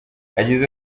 yagize